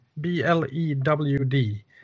B-L-E-W-D